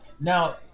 Now